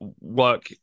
work